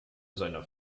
seiner